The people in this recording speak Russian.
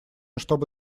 чтобы